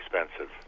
expensive